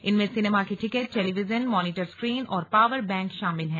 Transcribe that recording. इनमें सिनेमा के ticket television monitor screen और पावर बैंक शामिल हैं